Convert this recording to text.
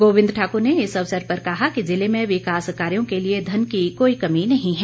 गोविंद ठाकुर ने इस अवसर पर कहा कि ज़िले में विकास कार्यो के लिए धन की कोई कमी नहीं है